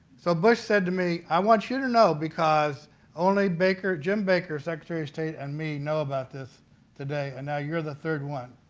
so bush said to me. i want you to know, because only jim baker, secretary of state, and me know about this today and now you're the third one.